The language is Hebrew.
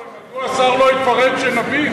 לא, אבל מדוע השר לא יפרט, שנבין?